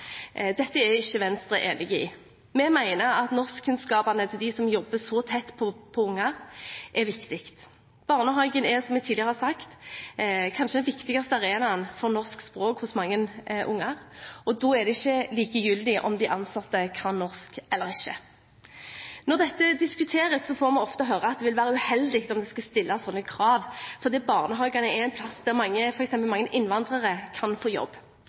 Dette er ikke Venstre enig i. Vi mener at norskkunnskapene til dem som jobber så tett på unger, er viktig. Barnehagen er, som jeg tidligere har sagt, kanskje den viktigste arenaen for norsk språk hos mange unger, og da er det ikke likegyldig om de ansatte kan norsk eller ikke. Når dette diskuteres, får vi ofte høre at det vil være uheldig om man skal stille slike krav, fordi barnehagene er en plass der f.eks. mange innvandrere kan få jobb.